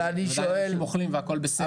אנשים אוכלים והכול בסדר.